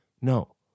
No